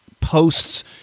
posts